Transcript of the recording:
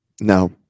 No